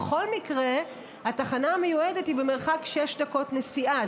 בכל מקרה, התחנה המיועדת היא במרחק שש דקות נסיעה.